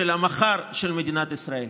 של המחר של מדינת ישראל.